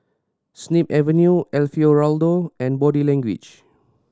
Snip Avenue Alfio Raldo and Body Language